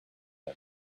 him